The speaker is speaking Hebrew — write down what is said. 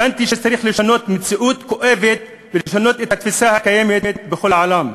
הבנתי שצריך לשנות מציאות כואבת ולשנות את התפיסה הקיימת בכל העולם,